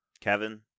Kevin